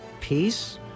peace